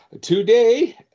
Today